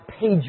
page